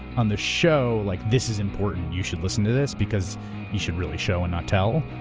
on the show. like, this is important. you should listen to this. because you should really show and not tell.